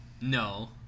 No